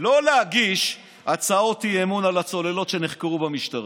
לא להגיש הצעות אי-אמון על הצוללות שנחקרו במשטרה,